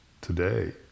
today